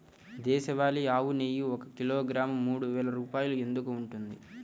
దేశవాళీ ఆవు నెయ్యి ఒక కిలోగ్రాము మూడు వేలు రూపాయలు ఎందుకు ఉంటుంది?